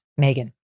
Megan